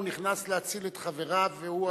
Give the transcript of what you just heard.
הוא נכנס להציל את חבריו והוא,